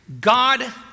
God